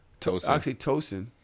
Oxytocin